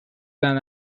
than